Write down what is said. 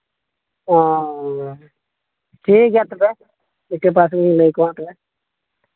ᱚ ᱴᱷᱤᱠ ᱜᱮᱭᱟ ᱛᱚᱵᱮ ᱞᱟᱹᱭ ᱠᱚᱣᱟ ᱛᱟᱦᱞᱮ